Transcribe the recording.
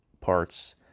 parts